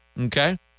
Okay